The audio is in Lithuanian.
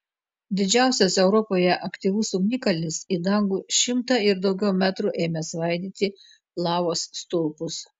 didžiausias europoje aktyvus ugnikalnis į dangų šimtą ir daugiau metrų ėmė svaidyti lavos stulpus